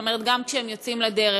גם כשהם יוצאים לדרך,